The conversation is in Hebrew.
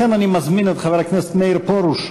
לכן אני מזמין את חבר הכנסת מאיר פרוש,